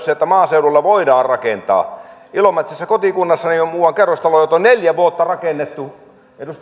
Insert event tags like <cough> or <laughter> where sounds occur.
<unintelligible> se että maaseudulla voidaan rakentaa ilomantsissa kotikunnassani on muuan kerrostalo jota on neljä vuotta rakennettu